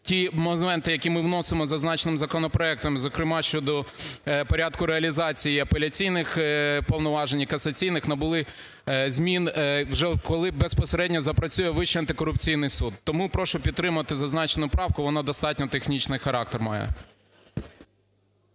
ті моменти, які ми вносимо зазначеним законопроектом, зокрема, щодо порядку реалізації апеляційних повноважень і касаційних набули змін вже, коли безпосередньо запрацює Вищий антикорупційний суд. Тому прошу підтримати зазначену правку, вона достатньо технічний характер має.